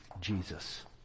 Jesus